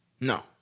No